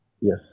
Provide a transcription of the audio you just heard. Yes